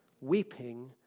Weeping